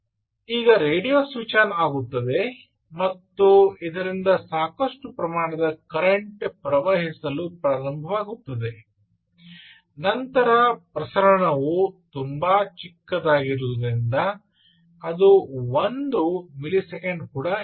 ಆದ್ದರಿಂದ radio switch on ಆಗುತ್ತದೆ ಮತ್ತು ಇದರಿಂದ ಸಾಕಷ್ಟು ಪ್ರಮಾಣದ ಕರೆಂಟು ಪ್ರವಹಿಸಲು ಪ್ರಾರಂಭಿಸುತ್ತದೆ ನಂತರ ಪ್ರಸರಣವು ತುಂಬಾ ಚಿಕ್ಕದಾಗಿದ್ದರಿಂದ ಅದು ಒಂದು ಮಿಲಿಸೆಕೆಂಡ್ ಕೂಡ ಅಲ್ಲ